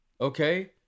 okay